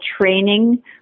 training